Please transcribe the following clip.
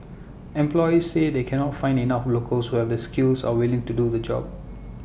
employers say they cannot find enough locals will the skills and are willing to do the jobs